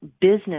business